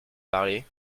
parler